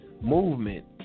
movement